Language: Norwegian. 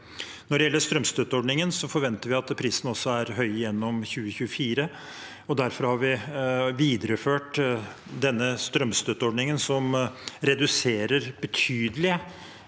Når det gjelder strømstøtteordningen, forventer vi at prisene er høye også gjennom 2024. Derfor har vi videreført denne strømstøtteordningen, som betydelig